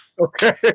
Okay